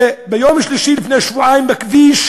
ביום שלישי לפני שבועיים נספו בכביש